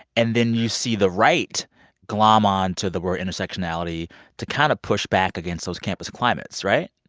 and then you see the right glom onto the word intersectionality to kind of push back against those campus climates, right?